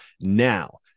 now